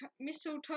mistletoe